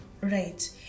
Right